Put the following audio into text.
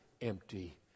empty